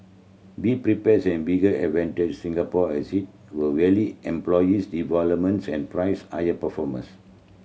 be prepares an bigger advantage Singapore has it will employees developments and price air performance